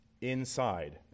inside